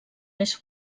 més